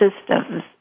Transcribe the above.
systems